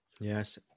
Yes